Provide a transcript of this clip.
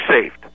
saved